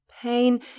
Pain